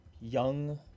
young